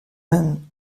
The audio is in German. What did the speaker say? man